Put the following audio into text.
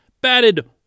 batted